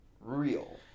real